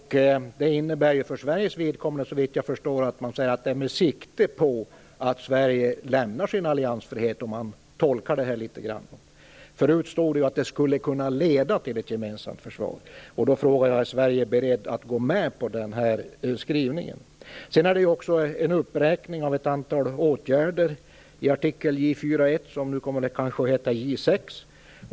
Det innebär för Sveriges vidkommande, såvitt jag förstår, att det är med sikte på att Sverige lämnar sin alliansfrihet, för att tolka formuleringen litet grand. Förut stod det ju att det skulle kunna leda till ett gemensamt försvar. Därför frågar jag: Är man från svensk sida beredd att gå med på denna skrivning? Det görs också en uppräkning av ett antal åtgärder i artikel J 4:1, som nu kanske kommer att heta J 6.